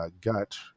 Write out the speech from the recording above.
gut